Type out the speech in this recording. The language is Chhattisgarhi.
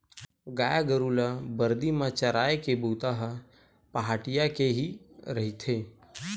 गाय गरु ल बरदी म चराए के बूता ह पहाटिया के ही रहिथे